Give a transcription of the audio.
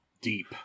Deep